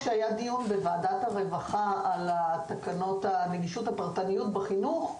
כשהיה דיון בוועדת הרווחה על תקנות הנגישות הפרטניות בחינוך,